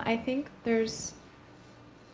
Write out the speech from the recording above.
i think there's